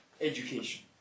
education